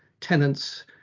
tenants